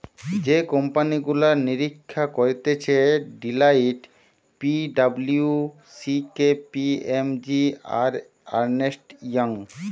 যে কোম্পানি গুলা নিরীক্ষা করতিছে Deloitte, P W C, K P M G, আর আর্নেস্ট ইয়ং